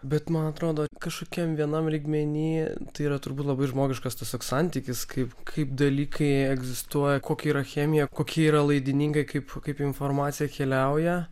bet man atrodo kažkokiam vienam lygmeny tai yra turbūt labai žmogiškas tas toks santykis kaip kaip dalykai egzistuoja kokia yra chemija kokie yra laidininkai kaip kaip informacija keliauja